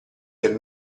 del